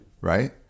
right